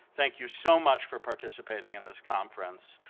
thank you so much for participating in this conference.